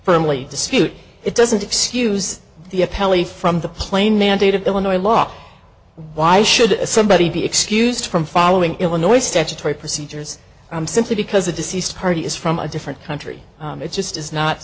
firmly dispute it doesn't excuse the appellee from the plain mandate of illinois law why should somebody be excused from following illinois statutory procedures i'm simply because the deceased party is from a different country it just does not